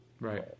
Right